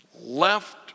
left